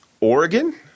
Oregon